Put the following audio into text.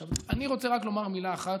עכשיו, אני רוצה רק לומר מילה אחת,